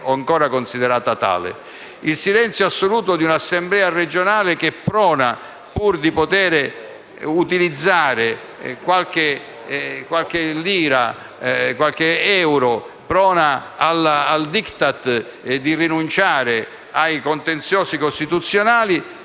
il silenzio assoluto di un'Assemblea regionale che è prona, pur di poter utilizzare qualche euro, al *Diktat* di rinunciare ai contenziosi costituzionali.